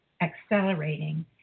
accelerating